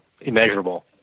immeasurable